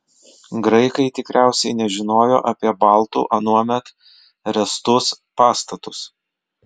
graikai tikriausiai nežinojo apie baltų anuomet ręstus pastatus